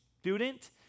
student